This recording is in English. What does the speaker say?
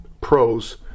pros